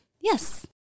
Yes